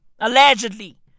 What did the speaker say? Allegedly